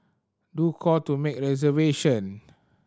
do call to make reservation